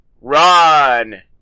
run